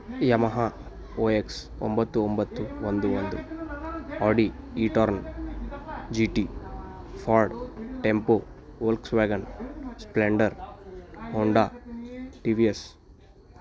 Yamaha ಓ ಎಕ್ಸ್ ಒಂಬತ್ತು ಒಂಬತ್ತು ಒಂದು ಒಂದು ಆಡಿ ಈ ಟಾರ್ನ್ G T Ford Tempo Volkswagen Splendor Honda T V S